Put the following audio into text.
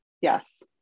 Yes